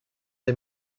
des